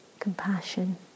compassion